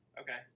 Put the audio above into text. Okay